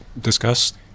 discussed